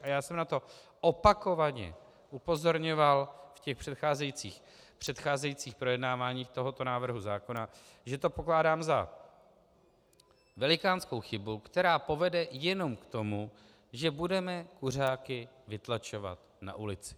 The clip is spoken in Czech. A já jsem na to opakovaně upozorňoval v předcházejících projednáváních tohoto návrhu zákona, že to pokládám za velikánskou chybu, která povede jenom k tomu, že budeme kuřáky vytlačovat na ulici.